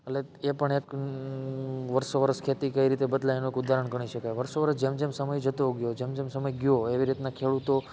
એટલે એ પણ એક વર્ષોવર્ષ ખેતી કઈ રીતે બદલાઈ એનું એક ઉદાહરણ ગણી શક્ય વર્ષોવરસ જેમ જેમ સમય જતો ગયો જેમ જેમ સમય ગયો એવી રીતના ખેડૂતો